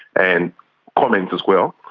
and comments as well,